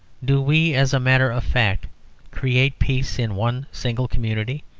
do we as a matter of fact create peace in one single community?